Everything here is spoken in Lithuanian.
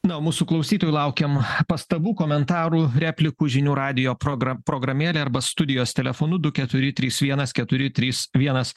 na o mūsų klausytojų laukiam pastabų komentarų replikų žinių radijo progra programėle arba studijos telefonu du keturi trys vienas keturi trys vienas